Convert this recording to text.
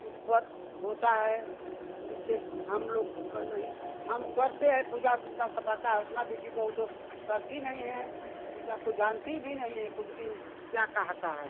ऊपर होता है नीचे हमलोग का नहीं हम करते हैं पूजा जितना सपरता है उतना बेटी बहू तो करती नहीं हैं पूजा को जानती भी नहीं है कुछ कि क्या कहता है